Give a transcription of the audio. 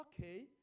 okay